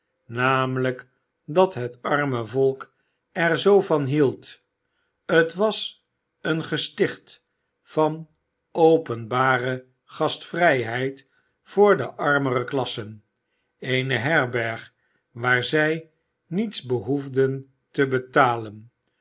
namelijk dat het arme volk er zoo van hield t was een gesticht van openbare gastvrijheid voor de armere klassen eene herberg waar zij niets behoefden te betalen